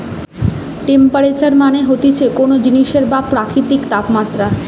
temperature মানে হতিছে কোন জিনিসের বা প্রকৃতির তাপমাত্রা